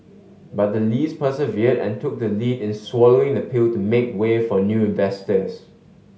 but the Lees persevered and took the lead in swallowing the pill to make way for new investors